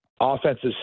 Offenses